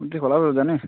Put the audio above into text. मुर्ती खोला पो जाने